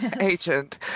agent